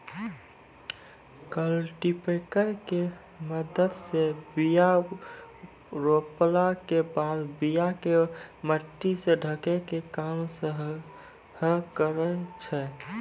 cultipacker के मदत से बीया रोपला के बाद बीया के मट्टी से ढकै के काम सेहो करै छै